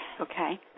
Okay